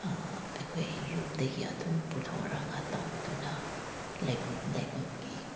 ꯑꯩꯈꯣꯏ ꯌꯨꯝꯗꯒꯤ ꯑꯗꯨꯝ ꯄꯨꯊꯣꯛꯔꯒ ꯇꯧꯕꯗꯨꯅ ꯂꯩꯕꯥꯛꯀꯤ